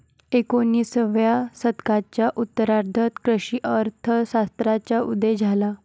एकोणिसाव्या शतकाच्या उत्तरार्धात कृषी अर्थ शास्त्राचा उदय झाला